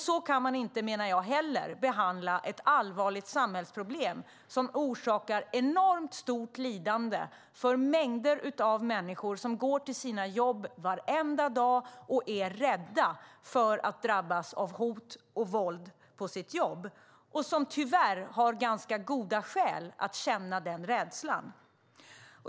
Så kan man inte heller behandla ett allvarligt samhällsproblem som orsakar enormt stort lidande för mängder av människor som går till sina jobb varenda dag och är rädda för att drabbas av hot och våld på jobbet. Tyvärr har de också ganska goda skäl att känna denna rädsla.